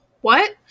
What